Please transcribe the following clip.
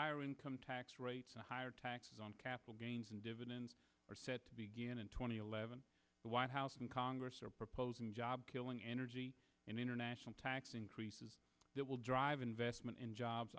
higher income tax rates and higher taxes on capital gains and dividends are set to begin in two thousand and eleven the white house and congress are proposing job killing energy and international tax increases that will drive investment in jobs